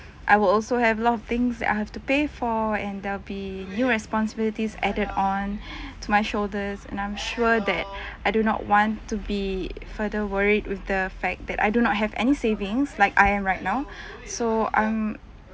I would also have a lot of things that I have to pay for and there'll be new responsibilities added on to my shoulders and I'm sure that I do not want to be further worried with the fact that I do not have any savings like I am right now so um